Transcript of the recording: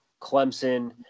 Clemson